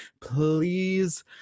Please